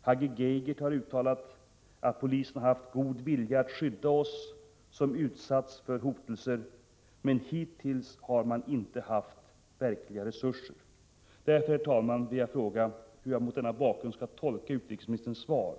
Hagge Geigert har uttalat att polisen har god vilja att skydda dem som utsatts för hotelser, men hittills har den inte haft verkliga resurser. Herr talman! Därför vill jag fråga hur jag mot denna bakgrund skall tolka utrikesministerns svar.